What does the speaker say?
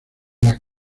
las